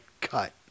cut